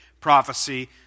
prophecy